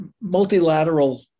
multilateral